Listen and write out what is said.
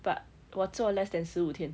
but 我做 less than 十五天